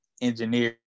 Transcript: engineer